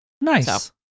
Nice